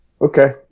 Okay